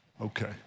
Okay